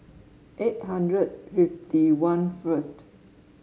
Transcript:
eight hundred fifty one first